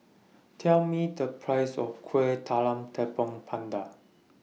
Tell Me The Price of Kuih Talam Tepong Pandan